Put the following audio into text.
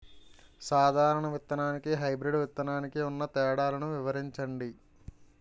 సాధారణ విత్తననికి, హైబ్రిడ్ విత్తనానికి ఉన్న తేడాలను వివరించండి?